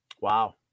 Wow